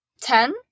ten